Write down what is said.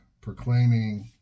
proclaiming